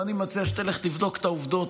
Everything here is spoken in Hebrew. אני מציע שתלך לבדוק את העובדות.